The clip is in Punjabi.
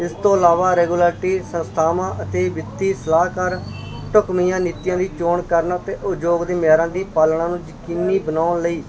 ਇਸ ਤੋਂ ਇਲਾਵਾ ਰੈਗੂਲੈਟੀ ਸੰਸਥਾਵਾਂ ਅਤੇ ਵਿੱਤੀ ਸਲਾਹਕਾਰ ਢੁਕਵੀਆਂ ਨੀਤੀਆਂ ਦੀ ਚੋਣ ਕਰਨ ਅਤੇ ਉਦਯੋਗ ਦੇ ਮਿਆਰਾਂ ਦੀ ਪਾਲਣਾ ਨੂੰ ਯਕੀਨੀ ਬਣਾਉਣ ਲਈ